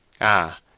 Ah